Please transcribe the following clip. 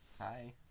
Hi